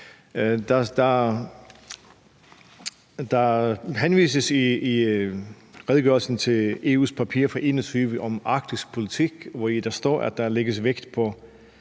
Der henvises i redegørelsen til EU's papir fra 2021 om arktisk politik, hvori der står, at der lægges vægt på